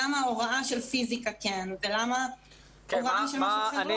למה הוראה של פיזיקה כן ולמה הוראה של משהו אחר לא?